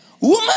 woman